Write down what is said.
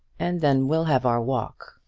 and then we'll have our walk.